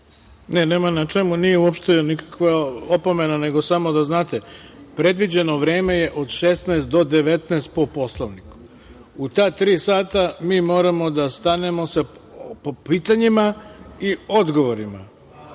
Ne, nema na čemu. Nije uopšte nikakva opomena, nego samo da znate, predviđeno vreme je od 16 do 19 sati po Poslovniku.U ta tri sata mi moramo da stanemo po pitanjima i odgovorima